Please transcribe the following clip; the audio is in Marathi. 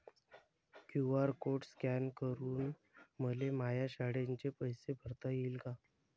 क्यू.आर कोड स्कॅन करून मले माया शाळेचे पैसे भरता येईन का?